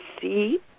see